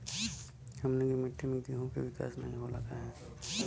हमनी के मिट्टी में गेहूँ के विकास नहीं होला काहे?